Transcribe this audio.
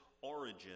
origin